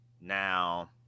Now